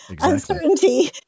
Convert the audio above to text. uncertainty